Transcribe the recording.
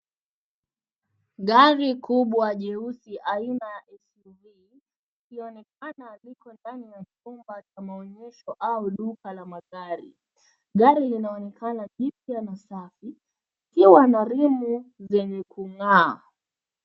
Gari kubwa jeusi aina ya SUV ikionekana liko ndani ya chumba cha maonyesho au duka la magari. Gari linaonekana jipya na safi ikiwa na rimu zenye kung'aa.